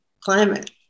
climate